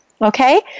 Okay